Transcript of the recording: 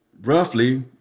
roughly